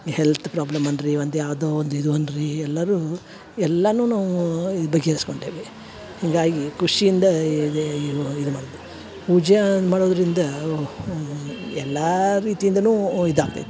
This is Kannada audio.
ಈ ಹೆಲ್ತ್ ಪ್ರಾಬ್ಲಮ್ ಅನ್ ರೀ ಒಂದು ಯಾವುದೋ ಒಂದು ಇದು ಅನ್ ರೀ ಎಲ್ಲಾರು ಎಲ್ಲಾನುನೂ ಇದ ಬಗೆ ಹರ್ಸ್ಕೊಂಡೇವಿ ಹೀಗಾಗಿ ಖುಷಿಯಿಂದ ಇದೆ ಇವ ಇದು ಮಾಡ್ತೋ ಪೂಜ್ಯಾನ ಮಾಡೋದರಿಂದ ಎಲ್ಲಾ ರೀತಿಯಿಂದನು ಇದು ಆಗ್ತೈತಿ